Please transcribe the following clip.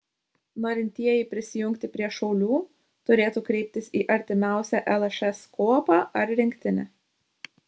norintieji prisijungti prie šaulių turėtų kreiptis į artimiausią lšs kuopą ar rinktinę